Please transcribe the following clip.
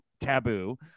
taboo